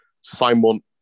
Simon